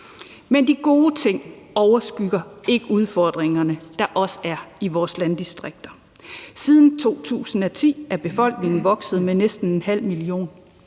Men de gode ting overskygger ikke de udfordringer, der også er i vores landdistrikter. Siden 2010 er befolkningen i Danmark vokset med næsten 0,5 million,